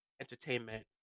entertainment